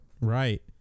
Right